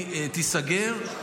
היא תיסגר,